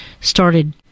started